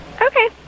Okay